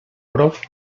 prop